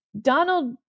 Donald